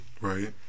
Right